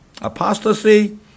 apostasy